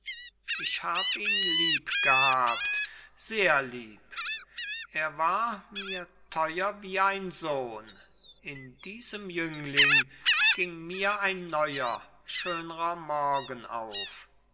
ich hab ihn liebgehabt sehr lieb er war mir teuer wie ein sohn in diesem jüngling ging mir ein neuer schönrer morgen auf